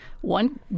one